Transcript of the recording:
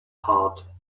heart